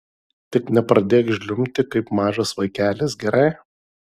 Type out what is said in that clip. tik nepradėk žliumbti kaip mažas vaikelis gerai